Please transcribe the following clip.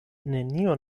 nenio